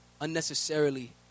unnecessarily